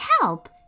help